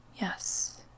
yes